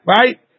right